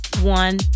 one